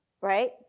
right